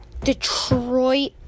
Detroit